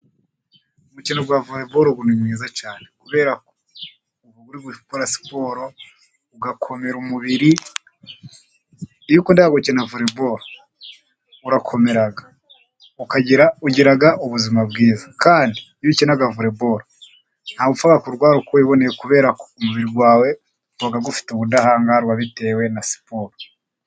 Umukino wa volebolo ni mwiza cyane kubera ko uba uri gukora siporo ugakomera umubiri, iyo ukunda gukina voleball urakomera ugira ubuzima bwiza, kandi iyo ukina volebolo ntawo upfa kurwara uko wiboneye, kubera ko umubiri wawe uba ufite ubudahangarwa bitewe na siporo.